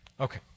Okay